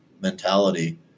mentality